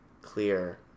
clear